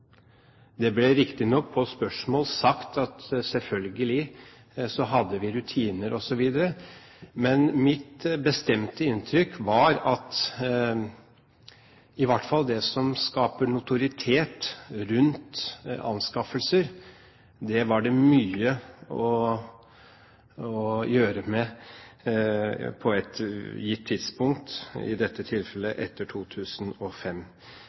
spørsmål ble det riktignok svart at de selvfølgelig hadde rutiner osv. Men mitt bestemte inntrykk var at i hvert fall det som skaper notoritet rundt anskaffelser, var det mye å gjøre med på et gitt tidspunkt, i dette tilfellet etter 2005.